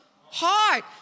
heart